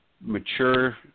mature